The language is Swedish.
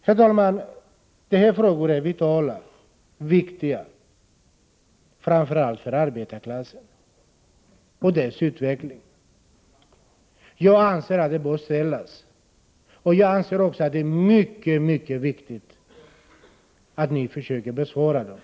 Herr talman! Dessa frågor är vitala och viktiga framför allt för arbetarklassen och dess utveckling. Jag anser att de bör ställas. Och jag anser också att det är mycket viktigt att vi får ett svar på dem.